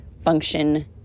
function